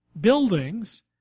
buildings